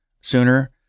sooner